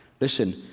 Listen